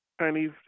Chinese